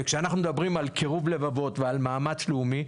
וכשאנחנו מדברים על קירוב לבבות ועל מאמץ לאומי,